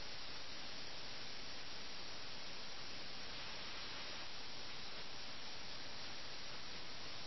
അതിനാൽ ദൂതൻ അവരെ വിശേഷിപ്പിച്ചത് ധൈര്യം ശേഷിക്കാത്ത ആവേശഭരിതരായ മനുഷ്യരായിട്ടാണ് അത് ശരിയുമാണ്